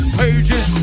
pages